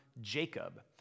Jacob